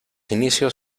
inicios